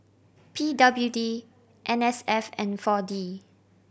P W D N S F and Four D